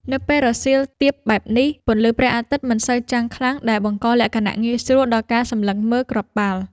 នៅពេលរសៀលទាបបែបនេះ ពន្លឺព្រះអាទិត្យមិនសូវចាំងខ្លាំង ដែលបង្កលក្ខណៈងាយស្រួលដល់ការសម្លឹងមើលគ្រាប់បាល់។